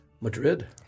Madrid